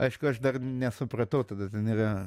aišku aš dar nesupratau tada ten yra